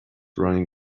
running